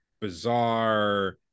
bizarre